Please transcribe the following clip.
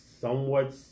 somewhat